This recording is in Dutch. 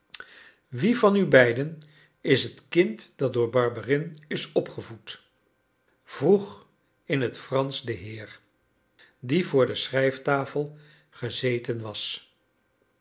wie van u beiden is het kind dat door barberin is opgevoed vroeg in het fransch de heer die voor de schrijftafel gezeten was